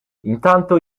intanto